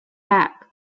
back